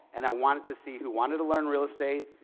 and i wanted to see who wanted to learn real estate,